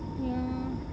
ya